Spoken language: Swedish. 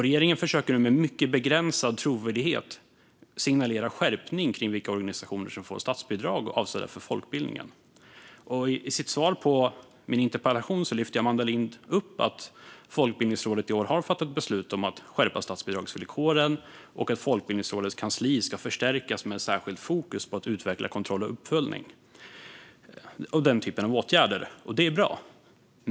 Regeringen försöker nu, med mycket begränsad trovärdighet, signalera en skärpning av vilka organisationer som ska få statsbidrag avsedda för folkbildning. I sitt svar på min interpellation lyfter Amanda Lind fram att Folkbildningsrådet i år har fattat beslut om att skärpa statsbidragsvillkoren och att Folkbildningsrådets kansli ska förstärkas med särskilt fokus på att utveckla kontroll och uppföljning. Det handlar om den typen av åtgärder. Detta är bra.